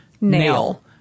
nail